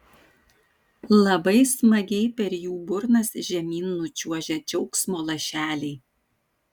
labai smagiai per jų burnas žemyn nučiuožia džiaugsmo lašeliai